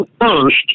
first